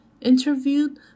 interviewed